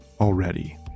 already